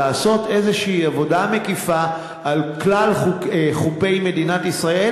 לעשות איזו עבודה מקיפה על כלל חופי מדינת ישראל,